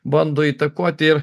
bando įtakoti ir